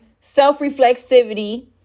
self-reflexivity